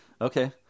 Okay